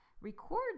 record